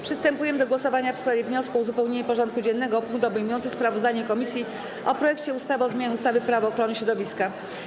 Przystępujemy do głosowania nad wnioskiem o uzupełnienie porządku dziennego o punkt obejmujący sprawozdanie komisji o projekcie ustawy o zmianie ustawy - Prawo ochrony środowiska.